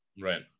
Right